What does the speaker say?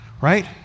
right